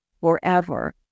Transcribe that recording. forever